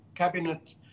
cabinet